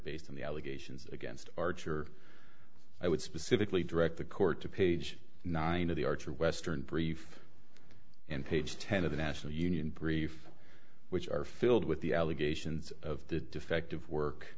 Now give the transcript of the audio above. based on the allegations against archer i would specifically direct the court to page nine of the archer western brief and page ten of the national union brief which are filled with the allegations of the defective work